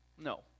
No